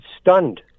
stunned